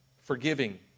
Forgiving